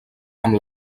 amb